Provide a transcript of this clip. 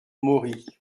mory